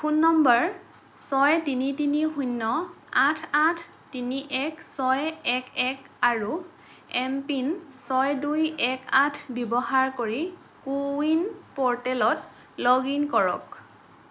phone নম্বৰ ছয় তিনি তিনি শূন্য় আঠ আঠ তিনি এক ছয় এক এক আৰু এম পিন ছয় দুই এক আঠ ব্যৱহাৰ কৰি কো ৱিন প'ৰ্টেলত লগ ইন কৰক